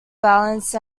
balanced